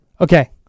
Okay